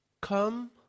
Come